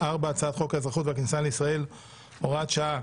4. הצעת חוק האזרחות והכניסה לישראל (הוראת שעה),